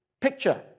picture